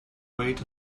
wait